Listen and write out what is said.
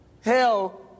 Hell